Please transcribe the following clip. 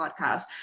podcast